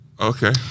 Okay